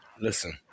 Listen